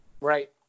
Right